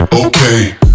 Okay